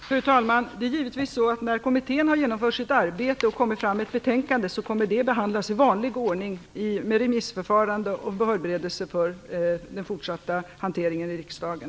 Fru talman! När kommittén har genomfört sitt arbete och kommit fram med ett betänkande kommer detta givetvis att behandlas i vanlig ordning med remissförfarande och förberedelser för den fortsatta hanteringen i riksdagen.